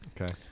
Okay